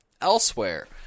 elsewhere